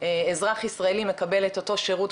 אזרח ישראלי מקבל את אותו שירות,